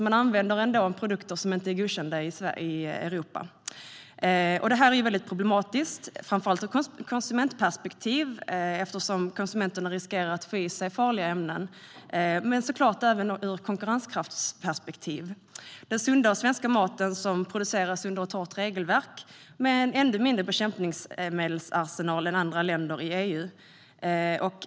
Man använder alltså ändå produkter som inte är godkända i Europa. Detta är mycket problematiskt, framför allt ur ett konsumentperspektiv, eftersom konsumenterna riskerar att få i sig farliga ämnen. Men det är såklart problematiskt även ur ett konkurrenskraftsperspektiv. Den sunda svenska maten produceras under ett hårt regelverk med ännu mindre bekämpningsmedel än vad andra länder i EU har.